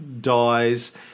dies